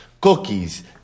cookies